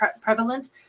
prevalent